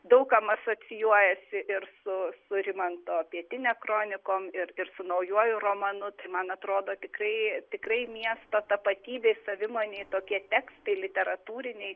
daug kam asocijuojasi ir su su rimanto pietine kronikom ir ir su naujuoju romanu tai man atrodo tikrai tikrai miesto tapatybei savimonei tokie tekstai literatūriniai